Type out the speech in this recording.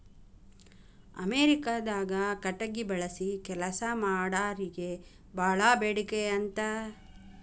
ಅಮೇರಿಕಾದಾಗ ಕಟಗಿ ಬಳಸಿ ಕೆಲಸಾ ಮಾಡಾರಿಗೆ ಬಾಳ ಬೇಡಿಕೆ ಅಂತ